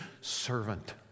servant